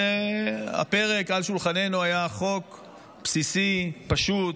הפרק על שולחננו היה חוק בסיסי, פשוט,